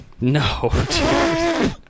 No